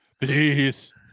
Please